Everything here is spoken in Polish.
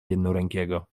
jednorękiego